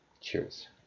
cheers